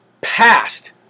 passed